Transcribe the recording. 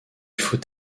faut